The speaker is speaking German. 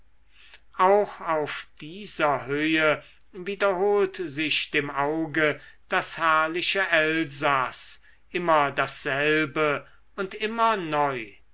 auch auf dieser höhe wiederholt sich dem auge das herrliche elsaß immer dasselbe und immer neu